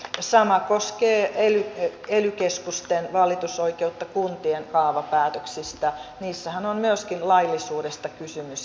sama koskee ely keskusten valitusoikeutta kuntien kaavapäätöksistä niissähän on myöskin laillisuudesta kysymys